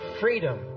freedom